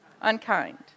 Unkind